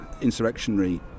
insurrectionary